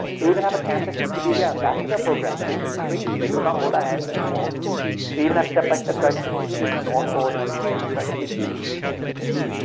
even have a campus wikipedia ambassador program. and it's crazy, they could not hold our hands any more. they even have step by step guides for students in onboarding. incredibly easy to do this,